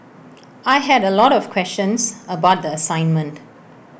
I had A lot of questions about the assignment